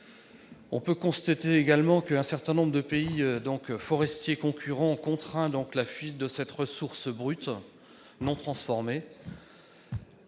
On constate qu'un certain nombre de pays forestiers concurrents ont contraint la fuite de cette ressource brute, donc non transformée.